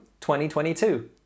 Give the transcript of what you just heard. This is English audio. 2022